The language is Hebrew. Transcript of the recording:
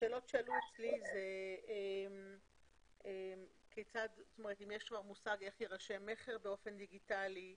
השאלות שאלו אצלי הן האם יש מושג איך יירשם מכר באופן דיגיטלי,